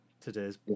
today's